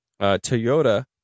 Toyota